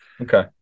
Okay